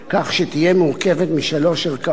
כך שתהיה מורכבת משלוש ערכאות,